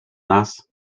nas